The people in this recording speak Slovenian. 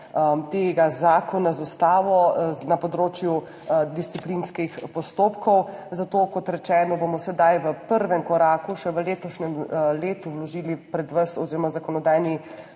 tega zakona z ustavo na področju disciplinskih postopkov. Zato, kot rečeno, bomo sedaj v prvem koraku še v letošnjem letu vložili pred vas oziroma v zakonodajni